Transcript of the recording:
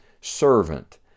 servant